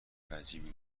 عجیبی